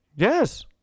yes